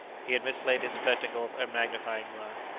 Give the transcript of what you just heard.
he had mislaid his spectacles and magnifying-glass.